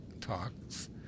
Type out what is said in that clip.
talks